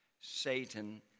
Satan